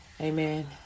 Amen